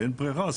באין ברירה,